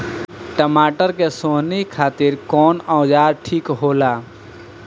टमाटर के सोहनी खातिर कौन औजार ठीक होला?